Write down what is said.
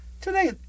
Today